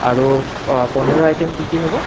আৰু পনীৰৰ আইটেম কি কি হ'ব